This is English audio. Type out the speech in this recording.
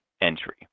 entry